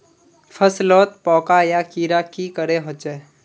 फसलोत पोका या कीड़ा की करे होचे?